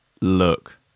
Look